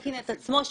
הקורקינט עצמו שיתופי.